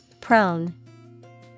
Prone